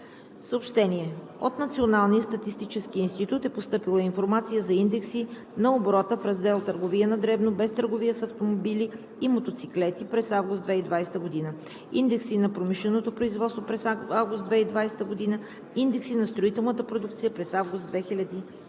събрание. От Националния статистически институт е постъпила информация за: - Индекси на оборота в раздел „Търговия на дребно, без търговията с автомобили и мотоциклети“ през месец август 2020 г.; - Индекси на промишленото производство през месец август 2020 г.; - Индекси на строителната продукция през месец август 2020 г.